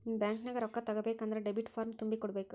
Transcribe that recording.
ಬ್ಯಾಂಕ್ನ್ಯಾಗ ರೊಕ್ಕಾ ತಕ್ಕೊಬೇಕನ್ದ್ರ ಡೆಬಿಟ್ ಫಾರ್ಮ್ ತುಂಬಿ ಕೊಡ್ಬೆಕ್